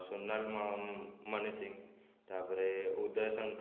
ସୋନାଲ ମାନିସିଂ ତା'ପରେ ଉଦୟ ଶଙ୍କର